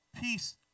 Peace